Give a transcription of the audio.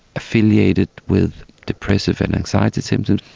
affiliated with depressive and anxiety symptoms,